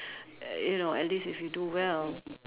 you know at least if you do well